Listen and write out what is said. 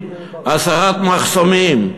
בגלל הסרת מחסומים.